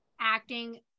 acting